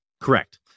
Correct